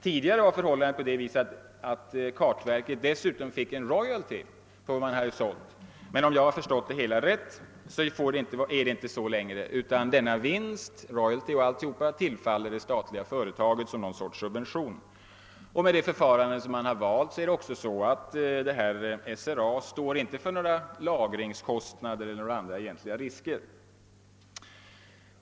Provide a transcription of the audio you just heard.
Tidigare fick kartverket dessutom royalty på vad som hade sålts, men om jag förstått det hela rätt är så inte längre fallet, utan vinsten, royalty och allt, tillfaller det statliga företaget som någon sorts subvention. Det förfarande som man har valt betyder också att SRA inte står för några lagringskostnader eller andra egentliga risker.